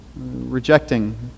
Rejecting